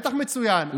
בטח מצוין.